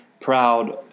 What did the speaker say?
proud